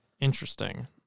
Interesting